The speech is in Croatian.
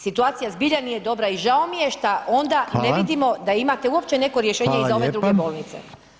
Situacija zbilja nije dobra i žao mi je šta onda ne vidimo [[Upadica: Hvala.]] da imate uopće neko rješenje i za ove druge bolnice.